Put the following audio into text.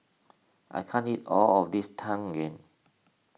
I can't eat all of this Tang Yuen